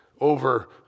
over